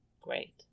Great